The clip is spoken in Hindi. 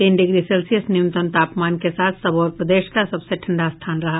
तीन डिग्री सेल्सियस न्यूनतम तापमान के साथ सबौर प्रदेश का सबसे ठंडा स्थान रहा